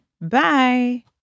Bye